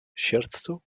ŝerco